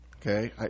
Okay